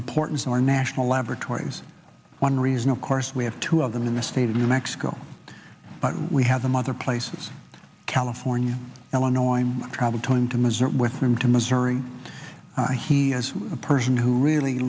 importance of our national laboratories one reason of course we have two of them in the state of new mexico but we have them other places california illinois my travel time to missouri with them to missouri i he as a person who really